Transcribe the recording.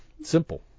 Simple